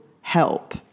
help